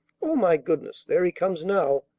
oh, my goodness! there he comes now.